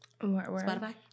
Spotify